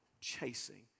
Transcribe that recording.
chasing